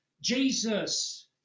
Jesus